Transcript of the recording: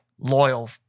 loyal